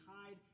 hide